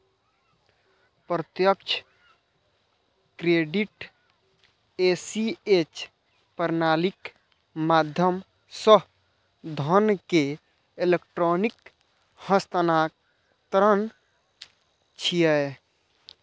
प्रत्यक्ष credit ACH प्रणालीक माध्यम सं धन के इलेक्ट्रिक हस्तांतरण छियै